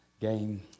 Game